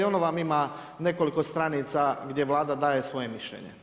I ono vam ima nekoliko stranica gdje Vlada daje svoje mišljenje.